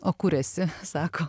o kur esi sako